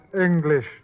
English